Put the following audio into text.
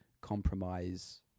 compromise